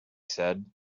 said